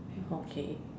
okay